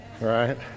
right